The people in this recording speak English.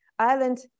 Ireland